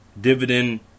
dividend